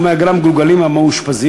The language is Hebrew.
סכומי האגרה מגולגלים על המאושפזים,